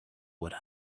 would